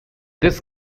this